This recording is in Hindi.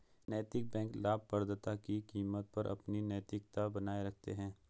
नैतिक बैंक लाभप्रदता की कीमत पर अपनी नैतिकता बनाए रखते हैं